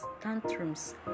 tantrums